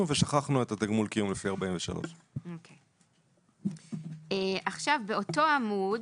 ושכחנו את תגמול הקיום לפי 43. באותו עמוד